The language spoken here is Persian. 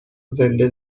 زنده